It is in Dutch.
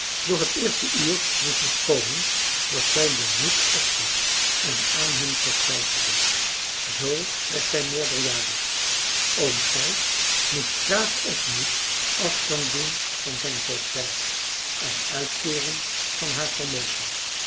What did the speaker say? doch het eerste uur moest nog komen dat zij den moed opgaf en aan hem vertwijfelde zoo werd zij meerderjarig oom gijs moest graag of niet afstand doen van zijn voogdij en uitkeering van haar vermogen